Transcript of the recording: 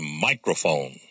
microphone